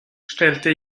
stellte